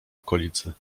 okolicy